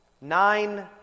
nine